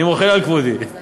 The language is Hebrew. אני מוחל על כבודי.